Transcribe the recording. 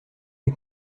est